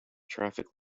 traffic